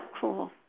cool